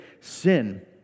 sin